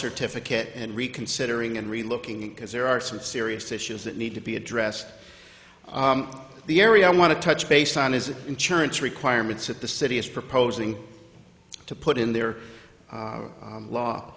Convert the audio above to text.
certificate and reconsidering and really looking it because there are some serious issues that need to be addressed the area i want to touch based on his insurance requirements at the city is proposing to put in the